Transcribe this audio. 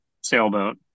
sailboat